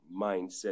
mindset